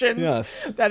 Yes